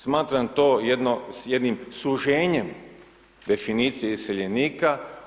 Smatram to jednim suženjem definicije iseljenika.